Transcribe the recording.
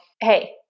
Hey